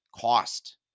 cost